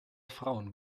frauen